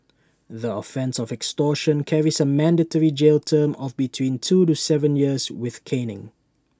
the offence of extortion carries A mandatory jail term of between two to Seven years with caning